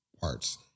parts